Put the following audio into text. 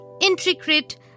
intricate